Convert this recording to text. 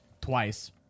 Twice